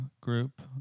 group